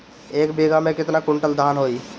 एक बीगहा में केतना कुंटल धान होई?